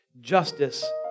justice